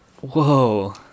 Whoa